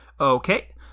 Okay